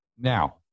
Now